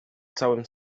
całym